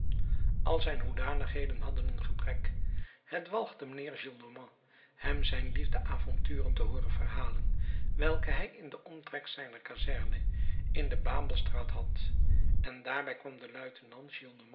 al zijn hoedanigheden hadden een gebrek het walgde mijnheer gillenormand hem zijn liefdeavonturen te hooren verhalen welke hij in den omtrek zijner kazerne in de babelstraat had en daarbij kwam de luitenant